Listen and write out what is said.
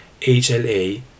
HLA